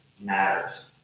matters